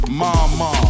ma-ma